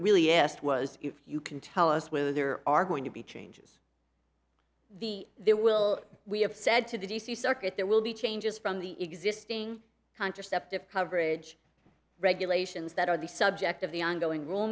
really asked was if you can tell us whether there are going to be changed the there will we have said to the d c circuit there will be changes from the existing contraceptive coverage regulations that are the subject of the ongoing rule